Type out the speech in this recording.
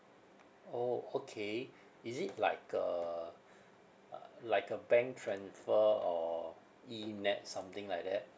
orh okay is it like uh uh like a bank transfer or ENETS something like that